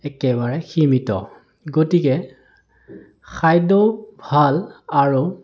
একেবাৰে সীমিত গতিকে খাদ্যও ভাল আৰু